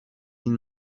این